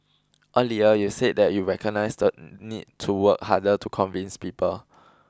earlier you said that you recognise the need to work harder to convince people